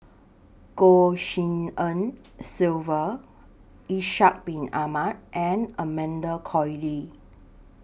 Goh Tshin En Sylvia Ishak Bin Ahmad and Amanda Koe Lee